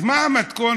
אז מה המתכון?